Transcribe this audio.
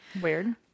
Weird